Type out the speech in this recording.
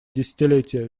десятилетие